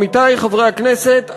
עמיתי חברי הכנסת,